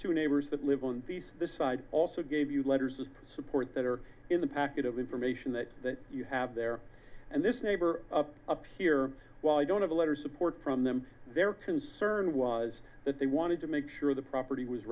two neighbors that live on this side also gave you letters of support that are in the packet of information that you have there and this neighbor up here while i don't have a letter support from them their concern was that they wanted to make sure the property was